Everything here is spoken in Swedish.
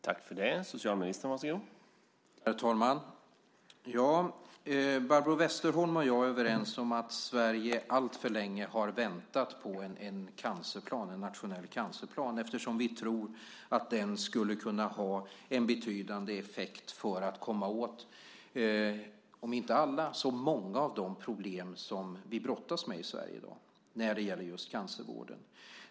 Herr talman! Barbro Westerholm och jag är överens om att Sverige alltför länge har väntat på en nationell cancerplan, eftersom vi tror att den skulle kunna ha en betydande effekt för att komma åt om inte alla så många av de problem som vi brottas med i Sverige i dag när det gäller just cancervården.